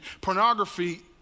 pornography